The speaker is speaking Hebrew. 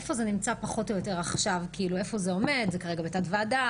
איפה זה עומד פחות או יותר עכשיו: אם זה כרגע בתת ועדה,